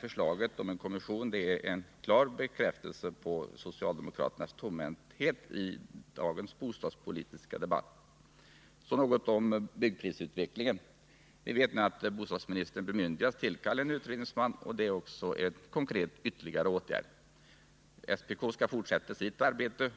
Förslaget om en kommission är en klar bekräftelse på socialdemokraternas tomhänthet i dagens bostadspolitiska debatt. Så något om utvecklingen av byggpriserna. Vi vet nu att bostadsministern bemyndigats tillkalla en utredningsman — detta är också en konkret ytterligare åtgärd. Statens prisoch kartellnämnd skall fortsätta sitt arbete.